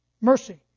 mercy